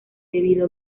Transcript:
debido